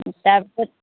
তাৰপিছত